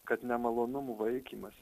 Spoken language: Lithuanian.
kad nemalonumų vaikymas